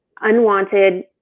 unwanted